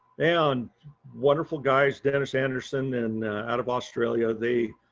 and wonderful guys dennis anderson and out of australia, they,